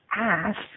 ask